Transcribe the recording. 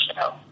show